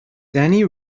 dani